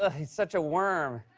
ah he's such a worm.